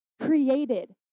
Created